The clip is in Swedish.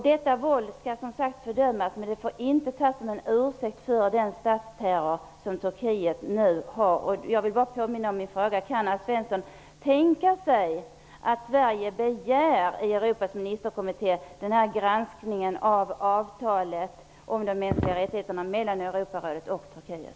Detta våld skall som sagt fördömas, men det får inte tas som en ursäkt för statsterrorn i Turkiet. Jag vill bara påminna om min fråga om Alf Svensson kan tänka sig att Sverige begär av Europas ministerkommitté en granskning av avtalet om de mänskliga rättigheterna mellan Europarådet och Turkiet.